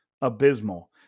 abysmal